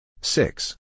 Six